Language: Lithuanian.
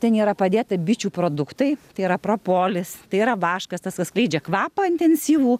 ten yra padėta bičių produktai tai yra propolis tai yra vaškas tas kas skleidžia kvapą intensyvų